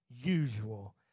usual